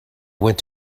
went